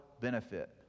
benefit